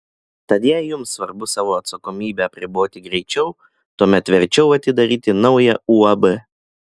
tad jei jums svarbu savo atsakomybę apriboti greičiau tuomet verčiau atidaryti naują uab